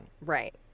Right